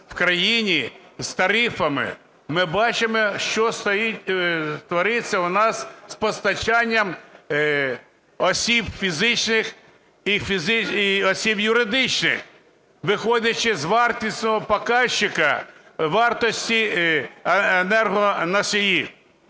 в країні з тарифами, ми бачимо, що твориться у нас з постачанням осіб фізичних і осіб юридичних, виходячи з вартісного показника вартості енергоносію.